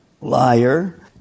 liar